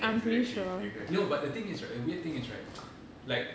exactly exactly no but the thing is right the weird thing is right like